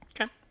Okay